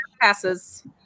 passes